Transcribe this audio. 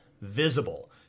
visible